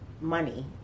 money